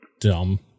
Dumb